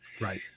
Right